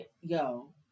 yo